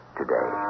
today